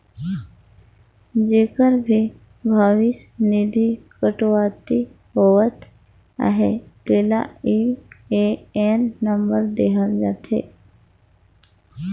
जेकर भी भविस निधि कटउती होवत अहे तेला यू.ए.एन नंबर देहल जाथे